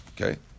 Okay